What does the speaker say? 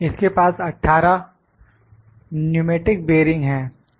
इसके पास 18 pneumatic bearing है